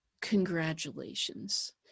Congratulations